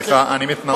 סליחה, אני מתנצל.